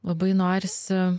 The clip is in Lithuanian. labai norisi